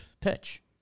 pitch